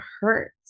hurt